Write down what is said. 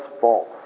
false